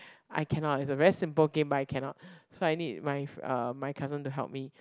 I cannot it's a very simple game but I cannot so I need my uh my cousin to help me